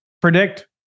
predict